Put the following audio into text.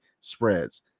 spreads